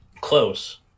Close